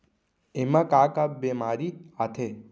एमा का का बेमारी आथे?